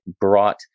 brought